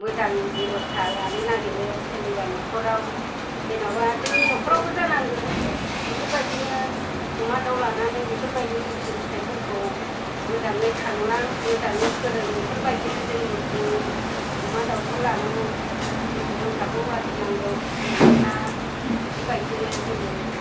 मोजां बेब'स्था लानो नागिरो सोरनिबा न'खराव जेनेबा जोंनि न'खरावबो जानांगोन बेफोरबायदिनो अमा दाउ लानानै बेफोरबायदिनो फिसौ फिथाइफोरखौ मोजाङै खांलां मोजाङै फोरों बेफोरबायदिनो जोंबो बुङो अमा दाउखौ लानांगौ मोसौ मोसाखौ आर्जिनांगौ फिसिनानै ला बेफोरबायदिनो होनो